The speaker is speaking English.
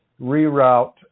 reroute